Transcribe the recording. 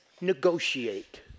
negotiate